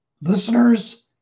Listeners